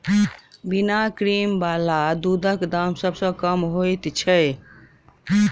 बिना क्रीम बला दूधक दाम सभ सॅ कम होइत छै